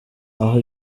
aho